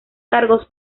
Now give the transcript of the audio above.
cargos